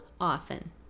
often